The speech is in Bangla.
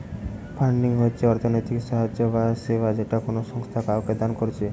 ফান্ডিং হচ্ছে অর্থনৈতিক সাহায্য বা সেবা যেটা কোনো সংস্থা কাওকে দান কোরছে